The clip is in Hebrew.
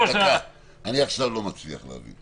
אני עכשיו לא מצליח להבין.